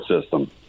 system